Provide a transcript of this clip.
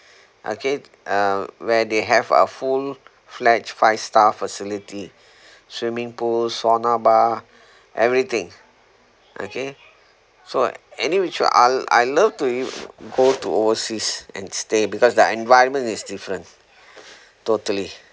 okay uh where they have a full fledged five star facility swimming pool sauna bar everything okay so anyway should I I love to go to overseas and stay because the environment is different totally